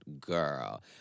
girl